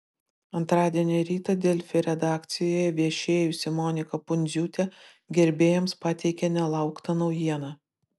antradienio rytą delfi redakcijoje viešėjusi monika pundziūtė gerbėjams pateikė nelauktą naujieną